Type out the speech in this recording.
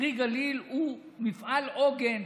פרי גליל הוא מפעל עוגן,